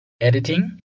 editing